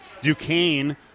Duquesne